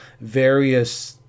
various